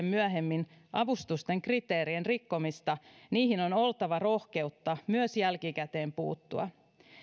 myöhemmin avustusten kriteerien rikkomista niihin on oltava rohkeutta myös jälkikäteen puuttua